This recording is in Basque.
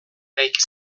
eraiki